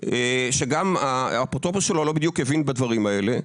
שגם האפוטרופוס שלו בדיוק הבין בדברים האלה.